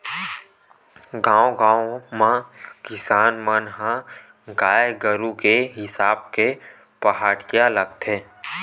गाँव गाँव म किसान मन ह गाय गरु के हिसाब ले पहाटिया लगाथे